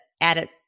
added